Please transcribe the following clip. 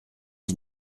qui